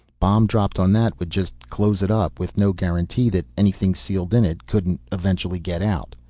bomb dropped on that would just close it up. with no guarantee that anything sealed in it, couldn't eventually get out.